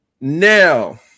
Now